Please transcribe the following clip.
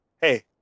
hey